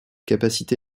capacité